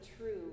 true